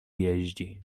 jeździ